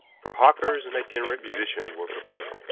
for hawkers and itinerant musicians were forbidden